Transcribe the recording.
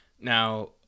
Now